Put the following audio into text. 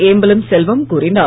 ஏம்பலம் செல்வம் கூறினார்